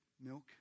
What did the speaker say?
milk